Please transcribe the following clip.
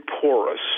porous